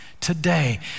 today